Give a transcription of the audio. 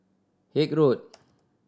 Haig Road